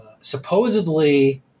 Supposedly